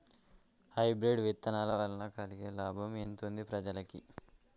Hybrid విత్తనాల వలన కలిగే లాభం ఎంతుంది ప్రజలకి?